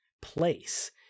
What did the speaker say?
place